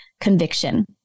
conviction